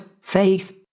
faith